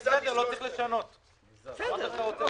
בסדר.